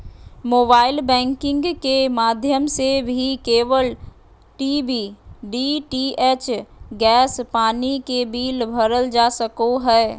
mobile banking के माध्यम से भी केबल टी.वी, डी.टी.एच, गैस, पानी के बिल भरल जा सको हय